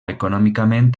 econòmicament